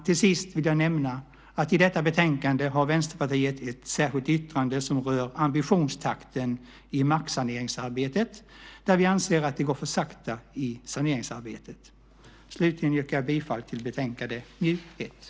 Till sist vill jag nämna att i detta betänkande har Vänsterpartiet ett särskilt yttrande som rör ambitionstakten i marksaneringsarbetet, där vi anser att det går för sakta. Slutligen yrkar jag bifall till utskottets förslag i betänkande MJU1.